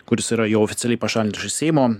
kuris yra jau oficialiai pašalintas iš seimo